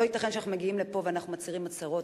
לא ייתכן שאנחנו מגיעים לפה ואנחנו מצהירים הצהרות